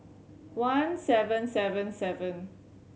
one seven seven seven